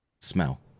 smell